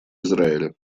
израиля